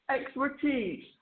expertise